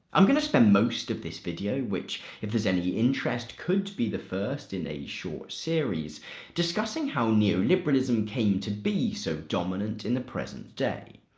i'm gonna spend most of this video which if there's any interest could be the first in a short series discussing how neoliberalism came to be so dominant in the present day.